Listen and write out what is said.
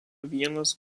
vienas